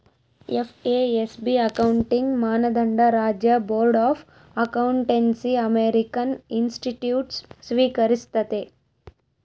FASB accounting ಮಾನದಂಡ ರಾಜ್ಯ board of accountancy American institutes ಸ್ವೀಕರಿಸ್ತತೆ